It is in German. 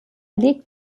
liegt